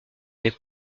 les